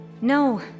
No